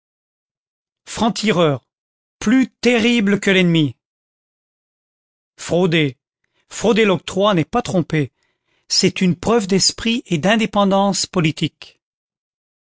francs-tireurs plus terribles que l'ennemi frauder frauder l'octroi n'est pas tromper c'est une preuve d'esprit et d'indépendance politique